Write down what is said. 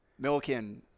Milken